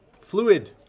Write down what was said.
fluid